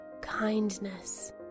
Kindness